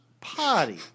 party